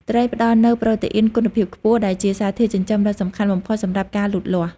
ត្រីផ្តល់នូវ ប្រូតេអ៊ីន គុណភាពខ្ពស់ ដែលជាសារធាតុចិញ្ចឹមដ៏សំខាន់បំផុតសម្រាប់ការលូតលាស់។